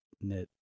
knit